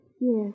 Yes